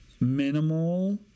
minimal